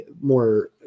more